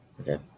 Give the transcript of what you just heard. Okay